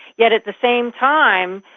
yet at the same time,